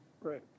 Right